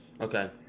Okay